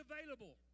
available